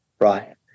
Right